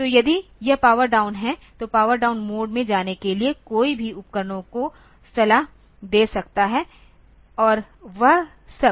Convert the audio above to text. तो यदि यह पावर डाउन है तो पावर डाउन मोड में जाने के लिए कोई भी उपकरणों को सलाह दे सकता है और वह सब